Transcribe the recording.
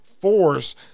force